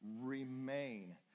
remain